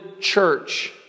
Church